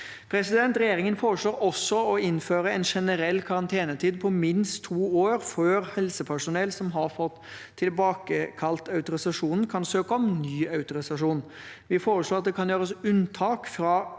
pasienter. Regjeringen foreslår å innføre en generell karantenetid på minst to år før helsepersonell som har fått tilbakekalt autorisasjonen, kan søke om ny autorisasjon. Vi foreslår at det kan gjøres unntak fra